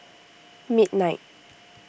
midnight